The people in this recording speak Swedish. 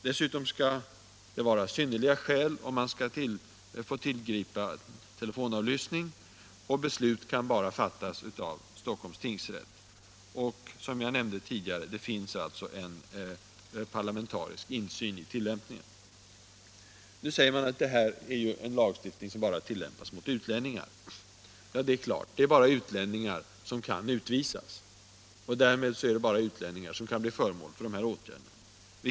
Dessutom skall det vara synnerliga skäl, om man skall få tillgripa telefonavlyssning, och beslut kan bara fattas av Stockholms tingsrätt. Som jag nämnde tidigare finns det också parlamentarisk insyn i tillämpningen. Nu sägs det att detta är en lagstiftning som bara tillämpas mot utlänningar. Ja, det är bara utlänningar som kan utvisas, och därmed är det bara utlänningar som kan bli föremål för de här åtgärderna.